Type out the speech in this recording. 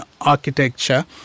architecture